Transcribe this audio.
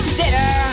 dinner